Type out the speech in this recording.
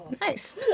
Nice